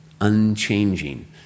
unchanging